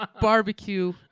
barbecue